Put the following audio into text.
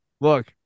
look